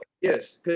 yes